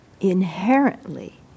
inherently